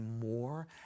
more